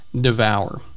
devour